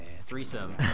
threesome